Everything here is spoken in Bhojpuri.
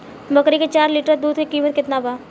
बकरी के चार लीटर दुध के किमत केतना बा?